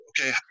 Okay